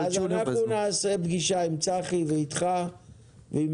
אנחנו נעשה פגישה עם צחי ואיתך ועם